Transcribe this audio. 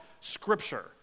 Scripture